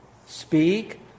speak